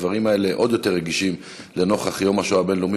הדברים האלה עוד יותר רגישים לנוכח יום השואה הבין-לאומי,